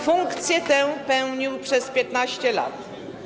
Funkcję tę pełnił przez 15 lat.